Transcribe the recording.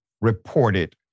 reported